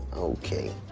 okay.